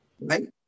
right